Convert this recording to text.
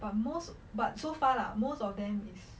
but most but so far lah most of them is